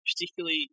particularly